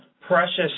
precious